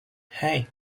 hey